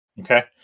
Okay